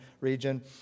region